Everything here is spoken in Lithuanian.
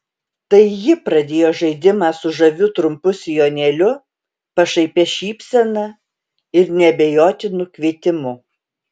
tai ji pradėjo žaidimą su žaviu trumpu sijonėliu pašaipia šypsena ir neabejotinu kvietimu